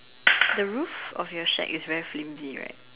the roof of your shack is very flimsy right